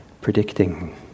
predicting